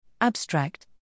abstract